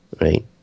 Right